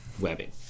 webbing